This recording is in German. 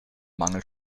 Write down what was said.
mangel